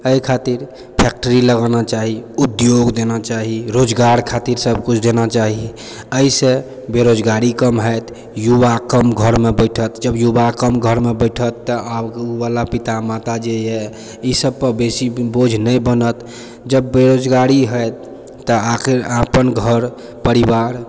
अइ खातिर फैक्ट्री लगाना चाही उद्योग देना चाही रोजगार खातिर सब कुछ देना चाही अइसँ बेरोजगारी कम होयत युवा कम घरमे बैठत जब युवा कम घरमे बैठत तऽ आब ओ वला पिता माता जे यऽ ई सबपर बेसी बोझ नहि बनत जब बेरोजगारी होयत तऽ आखिर अपन घर परिवार